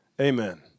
Amen